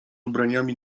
ubraniami